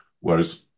Whereas